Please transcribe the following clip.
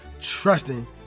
trusting